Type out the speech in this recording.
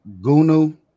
Gunu